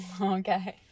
Okay